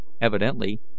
evidently